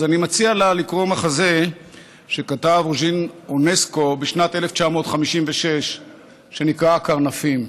אז אני מציע לה לקרוא מחזה שכתב אז'ן אונסקו בשנת 1956 שנקרא "קרנפים".